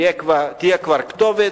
תהיה כבר כתובת.